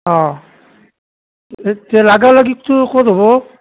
অঁ লাগালাগিটো ক'ত হ'ব